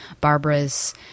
Barbara's